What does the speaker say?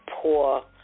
poor